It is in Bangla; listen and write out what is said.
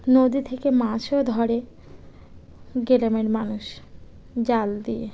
নদী থেকে মাছও ধরে গেলে গ্রামের মানুষ জাল দিয়ে